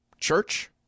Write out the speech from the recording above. church